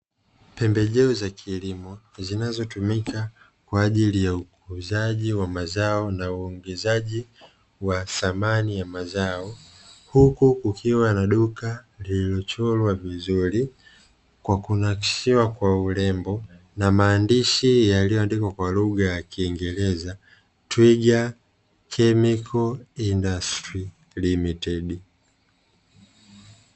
Pembejeo za kilimo zinazotumika kwa ajili ya uuzaji wa mazao na uongezaji wa thamani ya mazao, huku kukiwa na duka lililochorwa vizuri kwa kunakishiwa kwa urembo na maandishi yaliyoandikwa kwa lugha ya kiingereza "Twiga chemical industries limited".